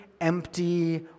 empty